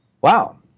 Wow